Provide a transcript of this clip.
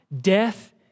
death